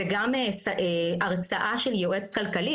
זה גם הרצאה של יועץ כלכלי.